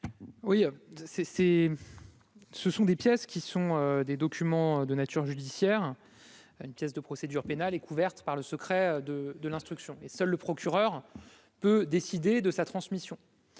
c'est ce sont des pièces qui sont des documents de nature judiciaire, une pièce de procédure pénale est couverte par le secret de de l'instruction, mais seul le procureur peut décider de sa transmission